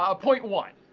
um point one.